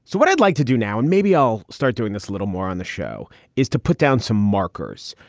so what i'd like to do now and maybe i'll start doing this a little more on the show is to put down some markers,